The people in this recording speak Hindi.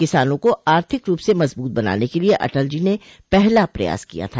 किसानों को आर्थिक रूप से मजबूत बनाने के लिए अटल जो ने पहला प्रयास किया था